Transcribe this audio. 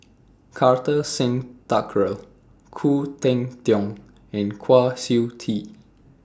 Kartar Singh Thakral Khoo Cheng Tiong and Kwa Siew Tee